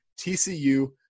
TCU